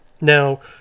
Now